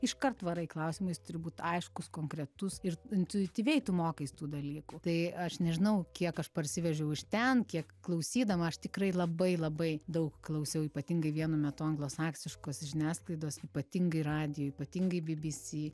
iškart varai klausimais turi būt aiškus konkretus ir intuityviai tu mokais tų dalykų tai aš nežinau kiek aš parsivežiau iš ten kiek klausydama aš tikrai labai labai daug klausiau ypatingai vienu metu anglosaksiškos žiniasklaidos ypatingai radijo ypatingai bbc